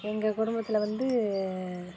எங்கள் குடும்பத்தில் வந்து